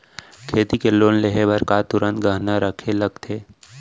खेती के लोन लेहे बर का तुरंत गहना रखे लगथे?